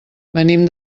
venim